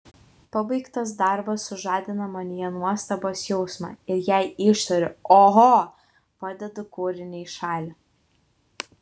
pabaigtas darbas sužadina manyje nuostabos jausmą ir jei ištariu oho padedu kūrinį į šalį